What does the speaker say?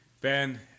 Ben